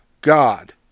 God